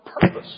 purpose